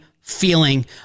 feeling